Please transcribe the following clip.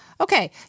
Okay